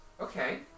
Okay